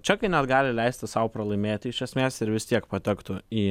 čekai net gali leisti sau pralaimėti iš esmės ir vis tiek patektų į